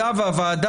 כבודו,